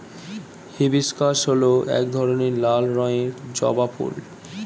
hibiscus হল এক ধরনের লাল রঙের জবা ফুল